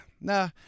nah